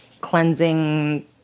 cleansing